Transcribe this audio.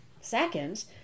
seconds